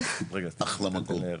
אחלה מקום.